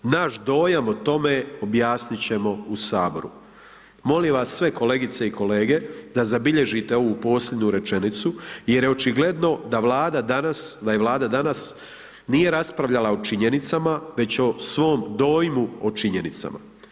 Naš dojam o tome objasnit ćemo u HS.“ Molim vas sve kolegice i kolege da zabilježite ovu posljednju rečenicu jer je očigledno da Vlada danas, da je Vlada danas nije raspravljala o činjenicama, već o svom dojmu o činjenicama.